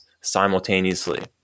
simultaneously